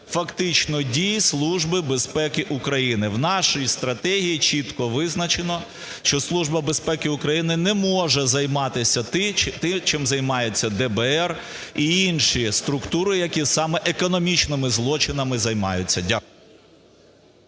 України. В нашій стратегії чітко визначено, що Служба безпеки України не може займатися тим, чим займається ДБР і інші структури, які саме економічними злочинами займаються. Дякую.